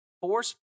force